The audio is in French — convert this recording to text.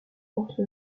porte